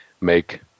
make